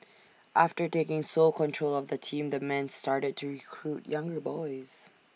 after taking sole control of the team the man started to recruit younger boys